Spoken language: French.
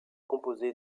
composé